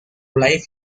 life